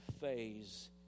phase